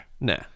nah